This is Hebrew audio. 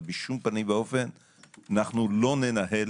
אבל בשום פנים ואופן לא ננהל